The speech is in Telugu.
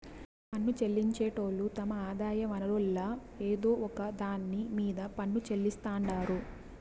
పన్ను చెల్లించేటోళ్లు తమ ఆదాయ వనరుల్ల ఏదో ఒక దాన్ని మీద పన్ను చెల్లిస్తాండారు